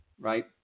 right